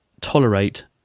tolerate